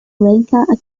lanka